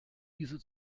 diese